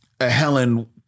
Helen